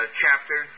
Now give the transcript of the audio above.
chapter